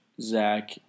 Zach